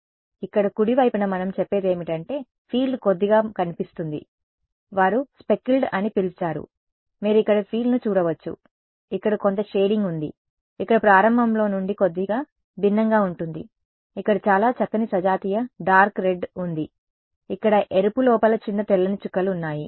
కాబట్టి ఇక్కడ కుడి వైపున మనం చెప్పేదేమిటంటే ఫీల్డ్ కొద్దిగా కనిపిస్తుంది వారు స్పెక్ల్డ్ అని పిలిచారు మీరు ఇక్కడ ఫీల్డ్ను చూడవచ్చు ఇక్కడ కొంత షేడింగ్ ఉంది ఇక్కడ ప్రారంభంలో నుండి కొద్దిగా భిన్నంగా ఉంటుంది ఇక్కడ చాలా చక్కని సజాతీయ డార్క్ రెడ్ ఉంది ఇక్కడ ఎరుపు లోపల చిన్న తెల్లని చుక్కలు ఉన్నాయి